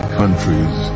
countries